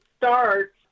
starts